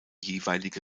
jeweilige